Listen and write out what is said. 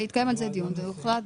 התקיים על זה דיון וזה הוחלט.